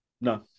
No